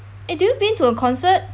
eh did you been to a concert